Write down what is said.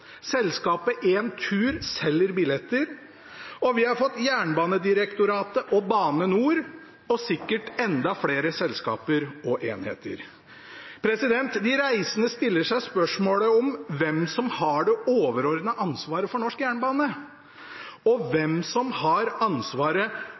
selskapet Entur selger billetter, og vi har fått Jernbanedirektoratet og Bane NOR og sikkert enda flere selskaper og enheter. De reisende stiller seg spørsmålene: Hvem har det overordnede ansvaret for norsk jernbane?